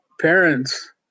parents